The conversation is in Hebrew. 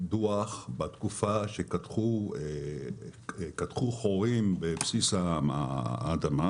קידוח בתקופה שקדחו חורים בבסיס האדמה,